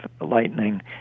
Lightning